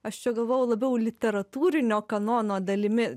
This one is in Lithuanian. aš čia galvojau labiau literatūrinio kanono dalimi